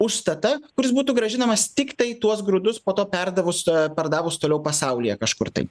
užstatą kuris būtų grąžinamas tiktai tuos grūdus po to perdavus pardavus toliau pasaulyje kažkur tai